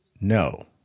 no